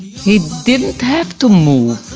he didn't have to move.